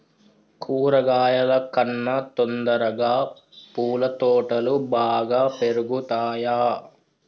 కూరగాయల కన్నా తొందరగా పూల తోటలు బాగా పెరుగుతయా?